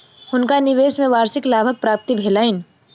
हुनका निवेश में वार्षिक लाभक प्राप्ति भेलैन